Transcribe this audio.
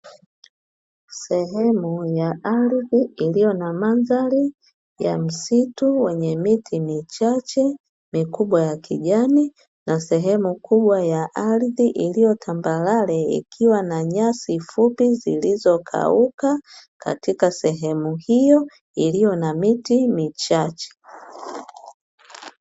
Sehemu ya ardhi iliyo na mandhari ya msitu, wenye miti michache mikubwa ya kijani, na sehemu kubwa ya ardhi iliyo tambarare ikiwa na nyasi fupi zilizokauka, katika sehemu hiyo iliyo na miti michache.